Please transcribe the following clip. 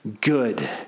good